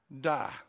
die